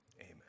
amen